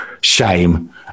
shame